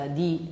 di